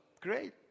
great